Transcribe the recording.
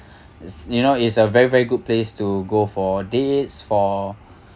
is you know is a very very good place to go for dates for